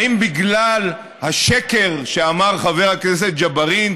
האם בגלל השקר שאמר חבר הכנסת ג'בארין,